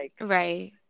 Right